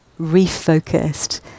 refocused